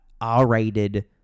R-rated